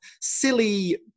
silly